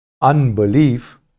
unbelief